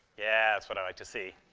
yeah, that's what i like to see.